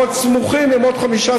אבל אם יהיה,